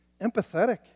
empathetic